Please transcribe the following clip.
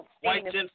white